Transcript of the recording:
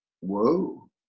Whoa